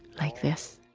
like this.